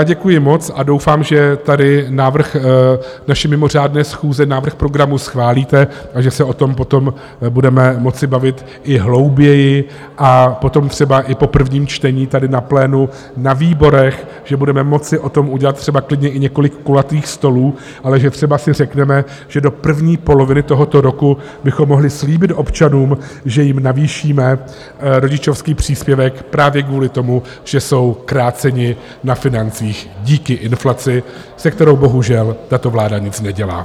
Děkuji moc a doufám, že návrh naší mimořádné schůze, návrh programu, schválíte a že se o tom budeme moci bavit i hlouběji, potom třeba i po prvním čtení tady na plénu, na výborech, že budeme moci o tom udělat třeba klidně i několik kulatých stolů, že si třeba řekneme, že do první poloviny tohoto roku bychom mohli slíbit občanům, že jim navýšíme rodičovský příspěvek, právě kvůli tomu, že jsou kráceni na financích díky inflaci, se kterou bohužel tato vláda nic nedělá.